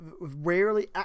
rarely